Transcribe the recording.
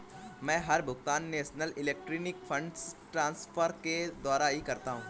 मै हर भुगतान national electronic funds transfer के द्वारा ही करता हूँ